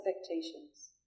expectations